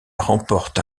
remporte